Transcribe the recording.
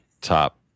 top